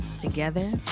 together